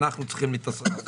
אנחנו צריכים להתעסק?